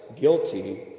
guilty